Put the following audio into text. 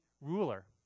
ruler